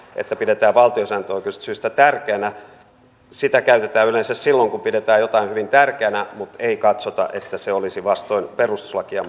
että pidetään valtiosääntöoikeudellisista syistä tärkeänä käytetään yleensä silloin kun pidetään hyvin tärkeänä kiinnittää johonkin huomiota mutta ei katsota että se olisi vastoin perustuslakia